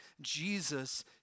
Jesus